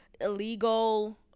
illegal